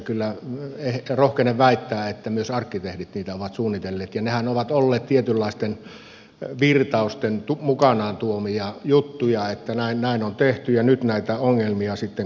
kyllä rohkenen väittää että myös arkkitehdit niitä ovat suunnitelleet ja nehän ovat olleet tietynlaisten virtausten mukanaan tuomia juttuja että näin on tehty ja nyt näitä ongelmia sitten korjataan